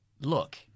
look